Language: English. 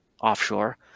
offshore